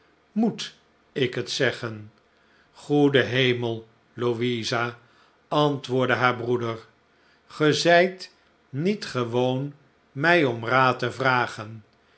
moet ik het zeggen groede hemel louisa antwoordde haar breeder ge zijt niet gewoon mij om raad te vragen